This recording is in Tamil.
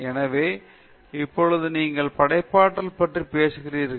எனவே இப்பொழுது நீங்கள் படைப்பாற்றல் பற்றி பேச போகிறீர்கள்